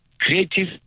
creative